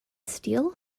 steel